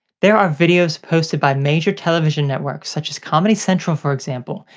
there are videos posted by major television networks, such as comedy central for example,